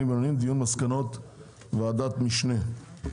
ובינוניים דיון במסקנות ועדת המשנה.